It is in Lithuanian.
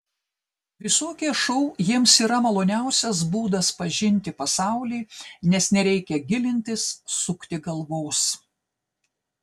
visokie šou jiems yra maloniausias būdas pažinti pasaulį nes nereikia gilintis sukti galvos